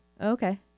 Okay